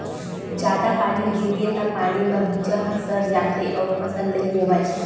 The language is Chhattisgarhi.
जादा पानी गिरगे त पानी म बीजा ह सर जाथे अउ फसल नइ होवय